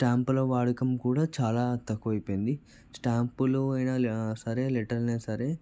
స్టాంపుల వాడకం కూడా చాలా తక్కువ అయిపోయింది స్టాంపులు అయినా సరే లెటర్లు అయినా సరే